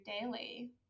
daily